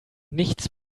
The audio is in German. nichts